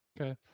Okay